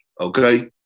okay